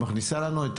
את מכניסה לנו את